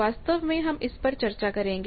वास्तव में हम इस पर चर्चा करेंगे